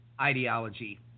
ideology